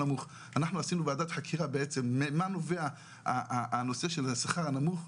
אנחנו עשינו ועדת חקירה בעצם ממה נובע הנושא של השכר הנמוך.